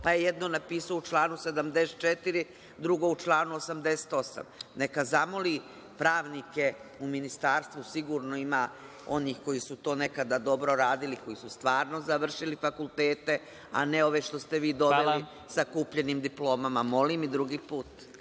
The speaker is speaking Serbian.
pa je jedno napisao u članu 74, drugo u članu 88.Neka zamoli pravnike u ministarstvu, sigurno ima onih koji su to nekada dobro radili, koji su stvarno završili fakultete, a ne ove što ste vi doveli sa kupljenim diplomama. **Đorđe